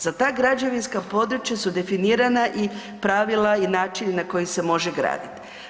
Za ta građevinska područja su definirana i pravila i načini na koje se može graditi.